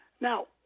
Now